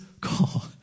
call